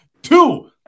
Two